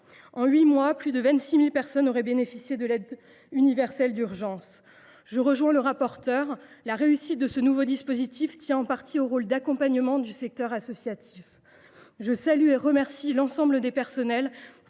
En huit mois, plus de 26 000 personnes auraient bénéficié de l’aide universelle d’urgence. Je rejoins le rapporteur spécial : la réussite de ce nouveau dispositif tient en partie au rôle d’accompagnement du secteur associatif. Je salue et remercie l’ensemble des personnels